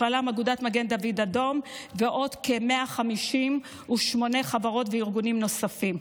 בכללם אגודת מגן דוד אדום ועוד כ-158 חברות וארגונים נוספים.